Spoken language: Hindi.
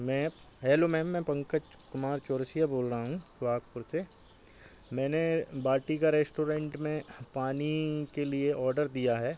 मैम मैं हैलो मैम मैं पंकज कुमार चौरसिया बोल रहा हूँ सुहागपुर से मैंने वाटिका रेस्टोरेंट में पानी के लिए ऑर्डर दिया है